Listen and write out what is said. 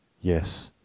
Yes